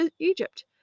Egypt